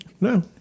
no